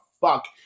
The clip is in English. fuck